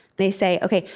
they say, ok,